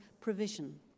provision